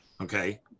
Okay